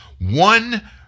one